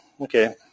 okay